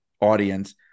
audience